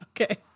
Okay